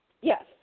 Yes